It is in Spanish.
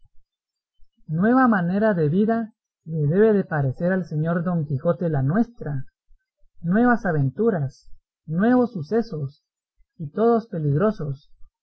nueva manera de vida le debe de parecer al señor don quijote la nuestra nuevas aventuras nuevos sucesos y todos peligrosos